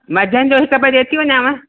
मझंदि जो हिकु ॿजे अची वञाव